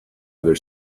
other